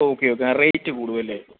okay okay അ rate കൂടും അല്ലേ